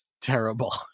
terrible